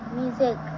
music